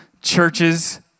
churches